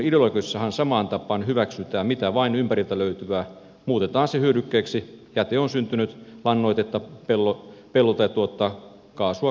kutun ideologiassahan samaan tapaan hyväksytään mitä vain ympäriltä löytyvää muutetaan se hyödykkeeksi ja syntynyt jäte lannoittaa peltoa tai tuottaa kaasuttamossa biokaasua